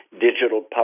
digital